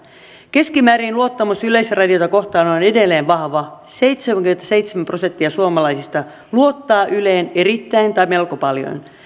keskimäärin luottamus yleisradiota kohtaan on edelleen vahva seitsemänkymmentäseitsemän prosenttia suomalaisista luottaa yleen erittäin tai melko paljon